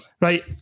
right